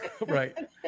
Right